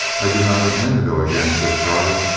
i do not intend to go again, said charlotte,